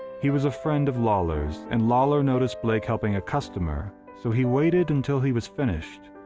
he was a friend of lawlor's. and lawlor noticed blake helping a customer, so he waited until he was finished,